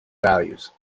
values